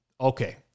okay